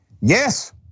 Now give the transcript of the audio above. yes